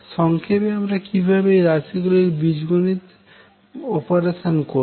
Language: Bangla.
সংক্ষেপে আমরা কিভাবে এই রাশিগুলির বীজগণিত অপারেশন করবো